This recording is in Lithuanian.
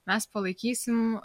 mes palaikysim